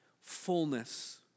fullness